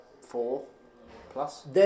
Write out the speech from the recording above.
four-plus